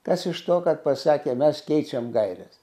kas iš to kad pasakė mes keičiam gaires